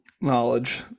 knowledge